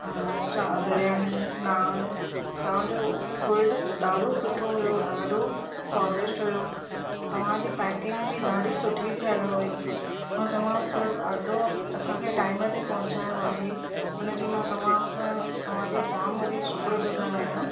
चारि बिरयानी नान तव्हांजो फूड ॾाढो सुठो हुयो ॾाढो स्वादिष्ट हुयो तव्हांजी पैकिंग बि ॾाढी सुठी थियल हुई मां तव्हां फूड ॾाढो असांखे टाइम ते पहुचायो आहे हुन जी मां तव्हां सां तव्हांजी जाम वॾी शुक्रगुज़ारु आहियां